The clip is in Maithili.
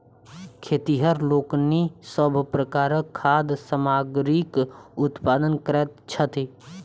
खेतिहर लोकनि सभ प्रकारक खाद्य सामग्रीक उत्पादन करैत छथि